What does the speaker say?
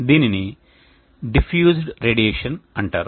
దీనిని diffused radiation అంటారు